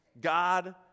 God